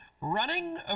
running